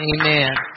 Amen